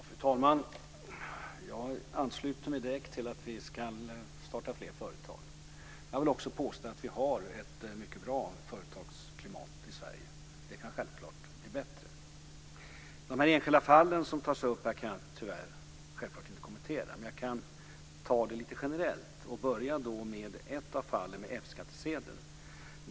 Fru talman! Jag ansluter mig direkt till att vi ska starta fler företag. Jag vill också påstå att vi har ett mycket bra företagsklimat i Sverige. Det kan självklart bli bättre. De enskilda fall som tas upp kan jag tyvärr självklart inte kommentera. Jag kan ta det lite generellt i stället. Jag börjar med fallet med F-skattsedeln.